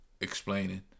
explaining